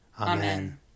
Amen